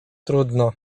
trudno